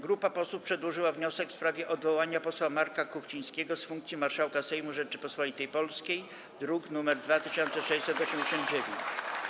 Grupa posłów przedłożyła wniosek w sprawie odwołania posła Marka Kuchcińskiego z funkcji marszałka Sejmu Rzeczypospolitej Polskiej, druk nr 2689.